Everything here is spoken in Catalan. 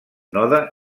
node